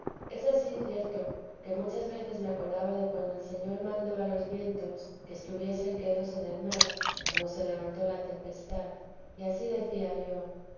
es ansí cierto que muchas veces me acordaba de cuando el señor mandó a los vientos que estuviesen quedos en el mar cuando se levantó la tempestad y ansí decía yo